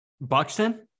Buxton